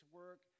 work